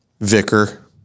Vicar